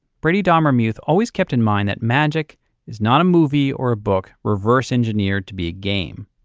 brady dommermuth always kept in mind that magic is not a movie or a book reverse engineered to be a game.